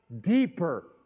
deeper